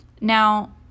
Now